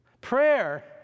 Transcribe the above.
Prayer